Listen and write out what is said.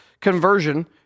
conversion